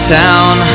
town